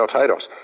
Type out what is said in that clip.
titles